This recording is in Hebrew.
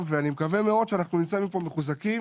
ואני מקווה מאוד שאנחנו נצא מפה מחוזקים.